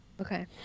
Okay